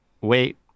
Wait